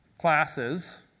classes